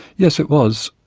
yes, it was,